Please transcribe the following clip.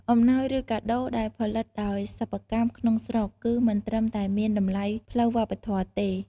អំណោយឬកាដូដែលផលិតដោយសិប្បកម្មក្នុងស្រុក គឺមិនត្រឹមតែមានតម្លៃផ្លូវវប្បធម៌ទេ។